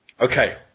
Okay